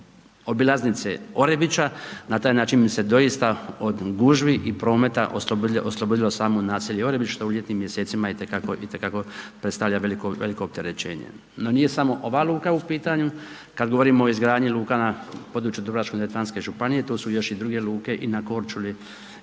obilaznice Orebića, na taj način bi se doista od gužvi i prometa oslobodilo samo naselje Orebić što u ljetnim mjesecima itekako predstavlja veliko opterećenje. No nije samo ova luka u pitanju, kad govorimo o izgradnji luka na području dubrovačko-neretvanske županije, tu su još i druge luke i na Korčuli